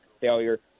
failure